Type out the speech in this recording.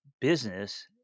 business